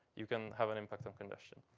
you can have an impact on congestion.